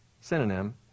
synonym